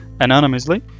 anonymously